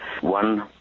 one